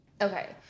Okay